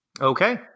Okay